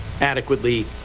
adequately